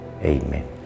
Amen